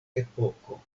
epoko